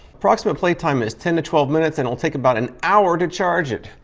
approximate playtime is ten to twelve minutes and it'll take about an hour to charge it.